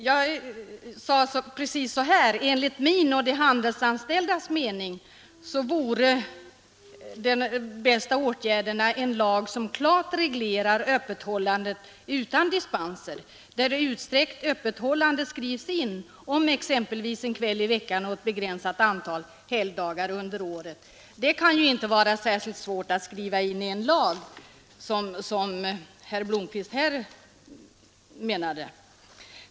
Jag sade att enligt min och de handelsanställdas mening vore den bästa åtgärden en lag som klart reglerar öppethållande utan dispenser, en lag där utsträckt öppethållande skrivs in, exempelvis en kväll i veckan och ett begränsat antal helgdagar under året. Det kan ju inte vara så svårt att skriva in i en lag som herr Blomkvist här ansåg.